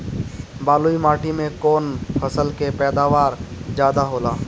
बालुई माटी में कौन फसल के पैदावार ज्यादा होला?